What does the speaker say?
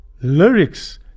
Lyrics